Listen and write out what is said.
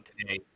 today